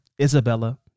Isabella